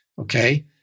Okay